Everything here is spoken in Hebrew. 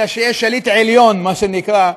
אלא שיהיה שליט עליון, מה שנקרא,